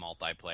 multiplayer